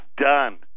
done